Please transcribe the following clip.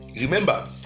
Remember